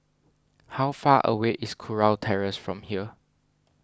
how far away is Kurau Terrace from here